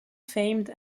fame